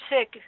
sick